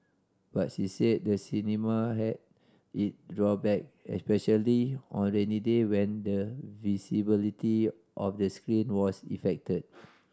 but she said the cinema had it drawback especially on rainy day when the visibility of the screen was effected